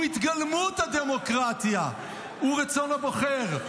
הוא התגלמות הדמוקרטיה ורצון הבוחר,